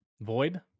Void